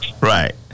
Right